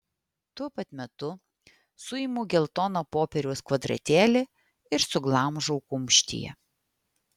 tuo pat metu suimu geltoną popieriaus kvadratėlį ir suglamžau kumštyje